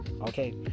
okay